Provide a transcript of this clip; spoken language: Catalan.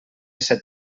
set